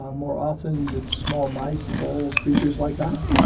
ah more often it's small mice, voles, creatures like that.